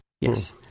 Yes